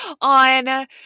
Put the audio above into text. on